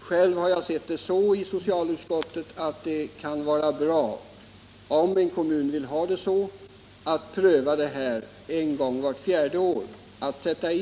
Själv har jag sett det så i socialutskottet att det kan vara bra att en kommun tvingas till en sådan här prövning vart fjärde år.